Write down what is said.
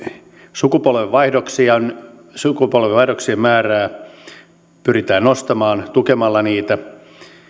sukupolvenvaihdoksien sukupolvenvaihdoksien määrää pyritään nostamaan tukemalla niitä